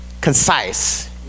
concise